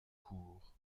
court